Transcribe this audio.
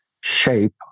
shape